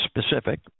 specific